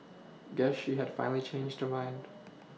guess she had finally changed mind